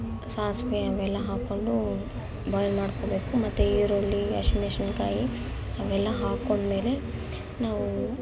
ಸಾಸಿವೆ ಅವೆಲ್ಲ ಹಾಕೊಂಡು ಬಾಯ್ಲ್ ಮಾಡ್ಕೊಳ್ಬೇಕು ಮತ್ತೆ ಈರುಳ್ಳಿ ಹಸಿಮೆಣ್ಸಿನ್ಕಾಯಿ ಅವೆಲ್ಲ ಹಾಕೋಂಡ್ಮೇಲೆ ನಾವು